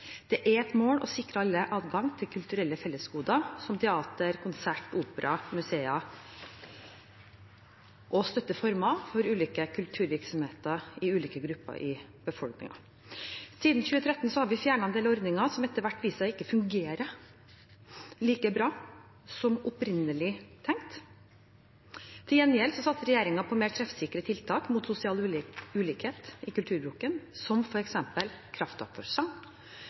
Det er et mål å sikre alle adgang til kulturelle fellesgoder som teater, konsert, opera og museer, og støtte former for ulike kulturvirksomheter i ulike grupper i befolkningen. Siden 2013 har vi fjernet en del ordninger som etter hvert viste seg ikke å fungere like bra som opprinnelig tenkt. Til gjengjeld satser regjeringen på mer treffsikre tiltak mot sosial ulikhet i kulturbruken, som